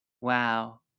Wow